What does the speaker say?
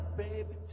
baby